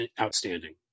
outstanding